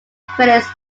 critics